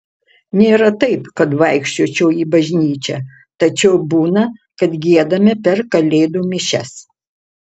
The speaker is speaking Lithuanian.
nėra taip kad vaikščiočiau į bažnyčią tačiau būna kad giedame per kalėdų mišias